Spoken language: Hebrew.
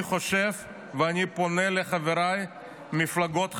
אני חושב, ואני פונה לחבריי מהמפלגות החרדיות: